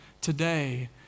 today